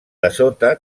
dessota